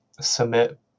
submit